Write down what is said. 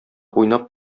уйнап